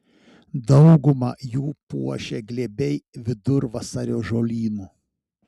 daugumą jų puošia glėbiai vidurvasario žolynų